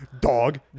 Dog